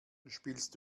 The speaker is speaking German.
spielst